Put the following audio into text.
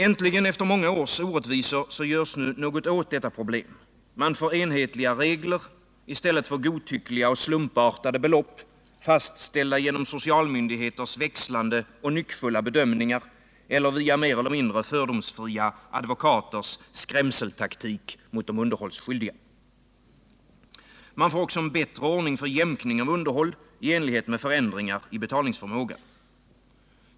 Äntligen — efter många års orättvisor — görs nu något åt detta problem. Man får enhetliga regler i stället för godtyckliga och slumpartade belopp, fastställda genom socialmyndigheters växlande och nyckfulla bedömningar eller via mer eller mindre fördomsfria advokaters skrämseltaktik mot de underhållsskyldiga. Man får också en bättre ordning för jämkning av underhåll i enlighet med förändringar i betalningsförmågan.